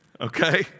okay